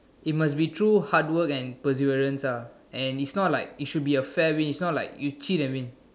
it must be through hard work and perseverance ah and it's not like it should be like a fair win it's not like you cheat and win